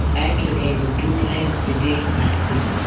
um i can handle two clients a day maximum.